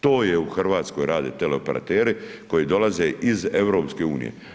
To je u Hrvatskoj rade teleoperateri koji dolaze iz EU.